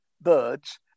birds